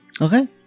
Okay